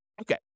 Okay